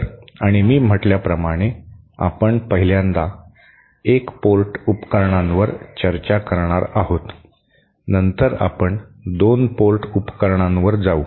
तर आणि मी म्हटल्याप्रमाणे आपण पहिल्यांदा एक पोर्ट उपकरणांवर चर्चा करणार आहोत नंतर आपण 2 पोर्ट उपकरणांवर जाऊ